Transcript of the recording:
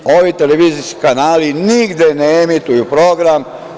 Ovi televizijski kanali nigde ne emituju program.